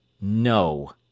No